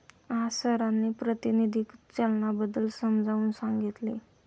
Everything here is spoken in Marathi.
आज सरांनी प्रातिनिधिक चलनाबद्दल समजावून सांगितले